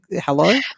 Hello